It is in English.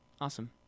awesome